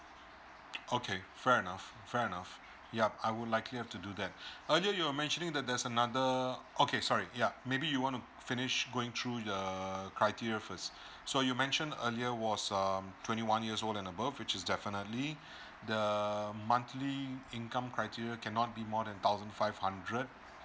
okay fair enough fair enough yup I would likely have to do that earlier you were mentioning there's another okay sorry yeah maybe you want to finish going through the criteria first so you mention earlier was um twenty one years old and above which is definitely the monthly income criteria cannot be more than thousand five hundred